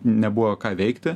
nebuvo ką veikti